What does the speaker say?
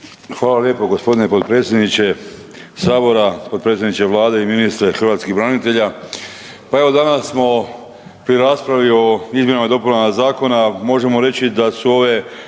Hvala lijepa, g. potpredsjedniče Sabora. Potpredsjedniče Vlade i ministre hrvatskih branitelja. Pa evo danas smo pri raspravi o izmjenama i dopunama zakona, možemo reći da su ove